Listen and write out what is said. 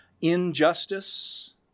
injustice